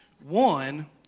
One